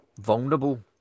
vulnerable